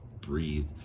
breathe